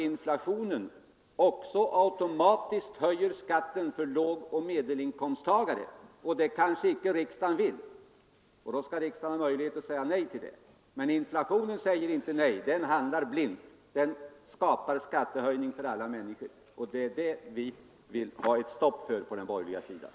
Inflationen höjer automatiskt skatten även för lågoch medelinkomsttagare. Det kanske riksdagen inte vill, och då skall riksdagen ha möjlighet att säga nej till det. Men inflationen säger inte nej, utan den handlar blint och skapar skattehöjningar för alla människor. Det vill vi sätta stopp för på den borgerliga sidan.